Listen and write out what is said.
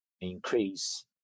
increase